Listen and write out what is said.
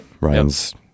Ryan's